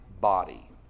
body